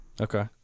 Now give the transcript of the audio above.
Okay